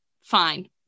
fine